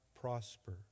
prosper